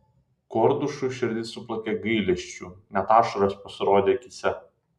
kordušui širdis suplakė gailesčiu net ašaros pasirodė akyse